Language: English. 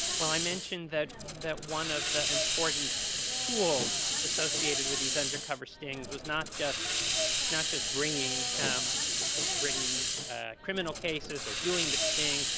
well, i mentioned that that one of the important tools associated with these undercover stings was not just not just bringing um bringing criminal cases or doing the sting,